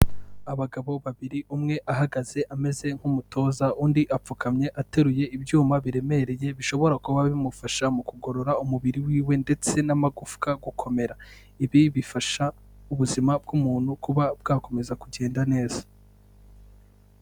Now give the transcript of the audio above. Abagabo babiri, umwe ahagaze ameze nk'umutoza undi apfukamye, ateruye ibyuma biremereye bishobora kuba bimufasha mu kugorora umubiri wiwe ndetse n'amagufwa gukomera, ibi bifasha ubuzima bw'umuntu kuba bwakomeza kugenda neza.